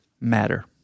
matter